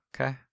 Okay